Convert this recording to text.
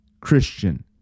Christian